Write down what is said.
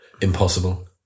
Impossible